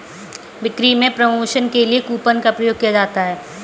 बिक्री में प्रमोशन के लिए कूपन का प्रयोग किया जाता है